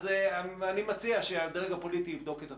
אז אני מציע שהדרג הפוליטי יבדוק את עצמו,